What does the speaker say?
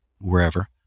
wherever